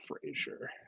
Frazier